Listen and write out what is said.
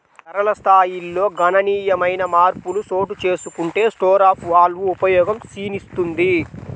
ధరల స్థాయిల్లో గణనీయమైన మార్పులు చోటుచేసుకుంటే స్టోర్ ఆఫ్ వాల్వ్ ఉపయోగం క్షీణిస్తుంది